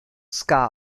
ska